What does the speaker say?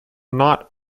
not